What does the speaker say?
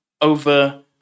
over